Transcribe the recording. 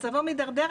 "מצבו מדרדר.